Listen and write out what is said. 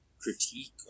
critique